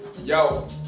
Yo